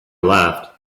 laughed